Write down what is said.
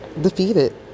defeated